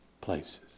places